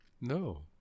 No